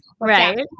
Right